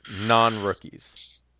non-rookies